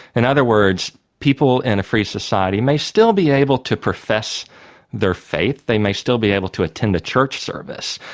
in other words, people in a free society may still be able to profess their faith. they may still be able to attend a church service.